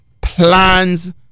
plans